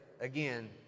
again